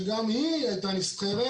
שגם היא הייתה נסחרת.